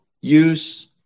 use